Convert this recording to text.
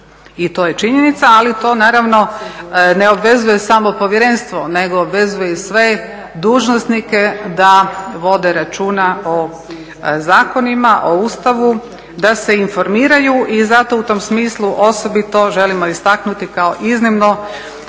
i to je činjenica, ali to naravno ne obvezuje samo povjerenstvo nego obvezuje i sve dužnosnike da vode računa o zakonima, o Ustavu, da se informiraju i zato u tom smislu osobito želimo istaknuti kao iznimno